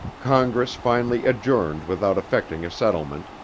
congress finally adjourned without effecting a settlement,